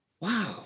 wow